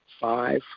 five